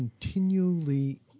continually